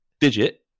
digit